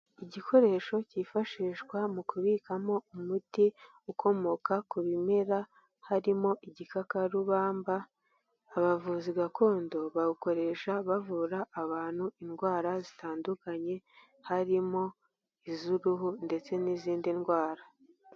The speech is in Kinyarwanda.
Igikoresho cyifashishwa mu kubikamo umuti ukomoka ku bimera harimo igikakarubamba abavuzi gakondo bawukoresha bavura abantu indwara zitandukanye harimo iz'uruhu ndetse n'izindi ndwara.